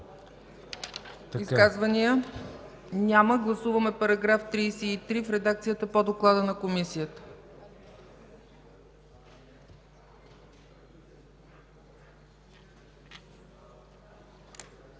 Изказвания няма. Гласуваме новия § 17 в редакцията по доклада на Комисията.